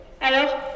Alors